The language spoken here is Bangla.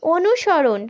অনুসরণ